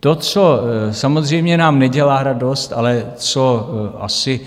To, co samozřejmě nám nedělá radost, ale co asi